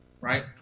right